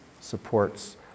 supports